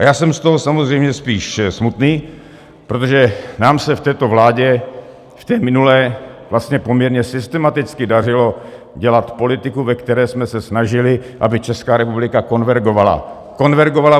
A já jsem z toho samozřejmě spíš smutný, protože nám se v této vládě i v té minulé vlastně poměrně systematicky dařilo dělat politiku, ve které jsme se snažili, aby Česká republika konvergovala.